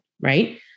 right